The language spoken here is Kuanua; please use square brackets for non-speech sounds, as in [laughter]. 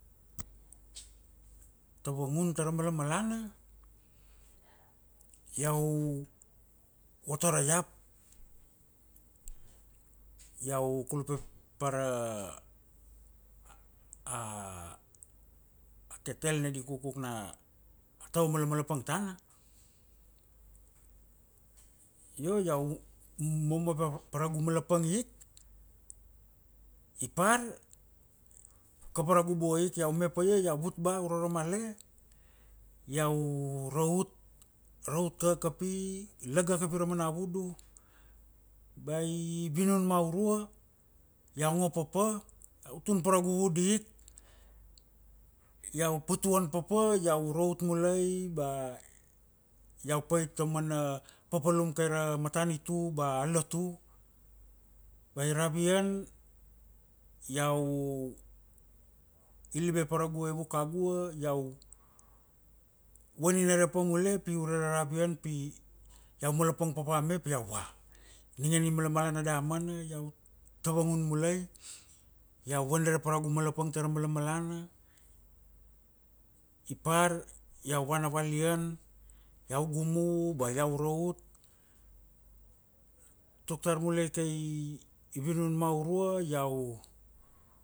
[noise] Tavangun tara malamalana, [hesitation] iau voto ra iap, [hesitation] iau kulpa pa ra [hesitation] a kettle ni di kukuk na tava malamalapang tana, [hesitation] io iau momova parigu malapang ik, ipar, kapa ragu buai ik iau me paia iau vut ba uro ra male, iau rout, rout kakapi laga kapi amana vudu ba i vinun ma aurua iau ngo papa, tun pa ra aika vudu ik, iau patuan papa iau rout mulai ba, iau pait tamana papalum kaira matanitu ba a lotu, ba i ravian iau ilibe pa ra avia kagua, iau vaninare pa mulai pi ure ra ravian pi iau malapang papa me pi iau vua, ningene i malmalana damana iau tavangun mulai, [hesitation] iau vaninara pa kaugu malapang tara malmalana, ipar iau vana valian iau gumu ba iau rout, tuktar muleke ivinun ma aurua, iau,